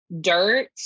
dirt